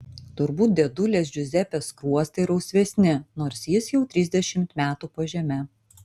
turbūt dėdulės džiuzepės skruostai rausvesni nors jis jau trisdešimt metų po žeme